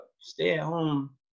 stay-at-home